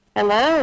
Hello